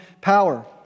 power